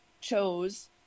chose